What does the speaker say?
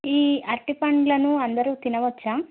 ఈ అరటిపండ్లను అందరూ తినవచ్చా